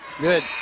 Good